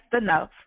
enough